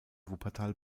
wuppertal